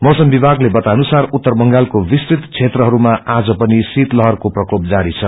मौसम विथागले बताए अनुसार उत्तर बंगालको विस्तृत बेत्रहरूमा आज पनिशीत लहरको प्रको जारी छ